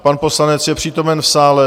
Pan poslanec je přítomen v sále.